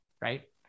right